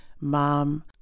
Mom